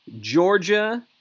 Georgia